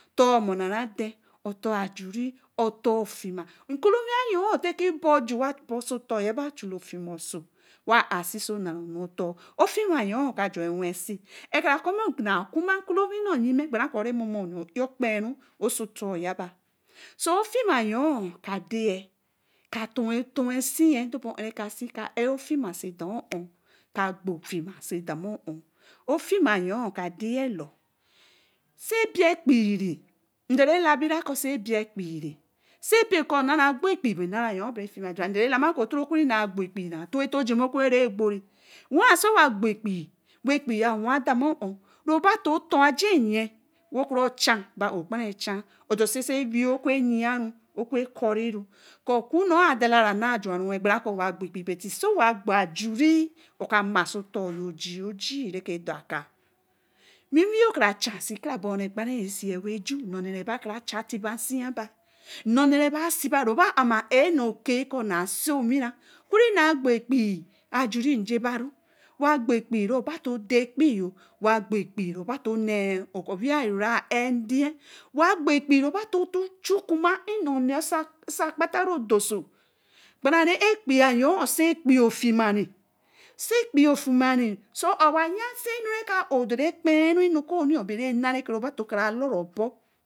Tor amona-radan otor ofima, ofor ajuri, nkolowii yon ton ke Wai Chula Nfima cso So Nera otor ofina you ka boõ ju oso tor yabo wai chula nfaina õsõ wé á si so nera otor ofima yon ka jui wen si, ãkãrã kõõ na kuma nkolowii nyime gbãrãn re-mormori õikpru oso ofor yaba, so ofima you ka for wer Jeyer, ka ka õõ afuma Fima oso Wensiyen So actor. or Se you ka debt onresi ka-ghero ebie ekpeiri Ndera la bira kõõ se eke Se be koo be neru you ekper-ri ekpei Nneru you you bera fima jing, Ndera derdamaru kõõ na for-ã tor Jima kura ke re one so wai ghovo na regowo-ri ekpk ekpe, wey a wa damu on kper. yo a ajen yen Nochan do So Weii oku roba to fon ba ghara Chan, ra yaru oku ra Cor rú, köz okunor adali anña, Jormaruwen gbere Kóo wài gbwo ekpei, but So wa gbwo ajuri, oka ma so otor Ji-o-jie re ke, daka, Winwie yo k ra chãn sĩ Kára bé oór re kparari bakara cha-t Se e wey Ju si yaba nnone rè bà si bū na se owinée, oku re n Jowo expei ajuri nije baru wa gbwa kpei reaba to dée kpei yo, we go wo kpee ruba to Ne bwiyayo ra aed Na gowo kipei rubộ hà thu kuma Nnone oso kpatá rõ doso gbara re ekper you se kpeil efining Se kpei ofima re so sada à 6 via yan si nu bera nu re õ dure kpe re nu bera ná ru ba tó ka-ra tora obõõ.